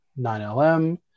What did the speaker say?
9LM